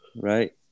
Right